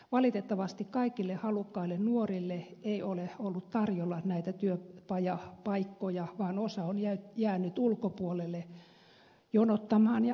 valitettavasti kaikille halukkaille nuorille ei ole ollut tarjolla näitä työpajapaikkoja vaan osa on jäänyt ulkopuolelle jonottamaan ja odottamaan